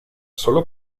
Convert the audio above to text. sólo